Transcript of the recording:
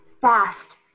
fast